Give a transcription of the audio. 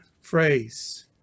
phrase